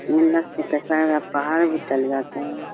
منت سے کسایا گیا پہاڑ بھی ٹل جاتا ہے